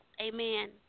amen